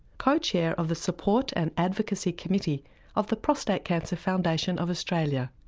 co-chair of the support and advocacy committee of the prostate cancer foundation of australia.